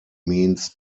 means